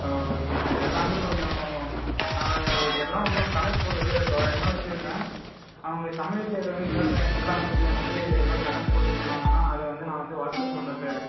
okay sir எல்லாமே கொஞ்சம் நான் எல்லாம் ஒன்றும் கணக்கு போடல சார் தோராயமாக வெச்சிருக்கேன் அவங்க சமையல் செய்கிறவங்க எல்லாம் கொஞ்சம் வந்து எல்லாம் கணக்கு போட்டு சொன்னாங்கன்னா அதை வந்து நான் வந்து வாட்ஸ்அப் பண்ணுறேன் சார்